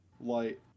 light